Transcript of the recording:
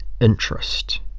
interest